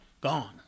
Gone